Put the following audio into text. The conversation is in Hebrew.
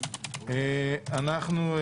הצבעה בעד 6 נגד אין אושר.